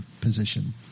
position